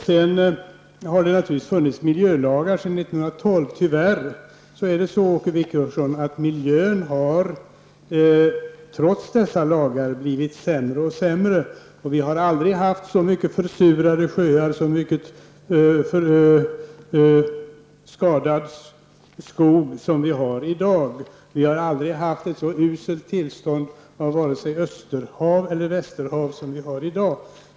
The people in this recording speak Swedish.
Det har funnits miljölagar sedan 1912. Tyvärr har miljön trots dessa lagar, Åke Wictorsson, blivit sämre och sämre. Och vi har aldrig haft så många försurade sjöar och så mycket skadad skog som vi har i dag. Vi har aldrig haft ett så uselt tillstånd av vare sig österhav eller västerhav som vi har i dag.